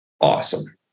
awesome